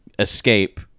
escape